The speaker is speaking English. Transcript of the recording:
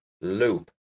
loop